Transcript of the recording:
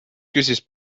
küsis